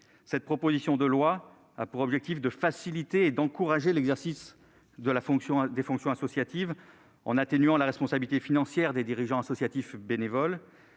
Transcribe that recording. Cette proposition de loi a pour objectif de faciliter et d'encourager l'exercice de fonctions associatives, en atténuant la responsabilité financière des dirigeants associatifs bénévoles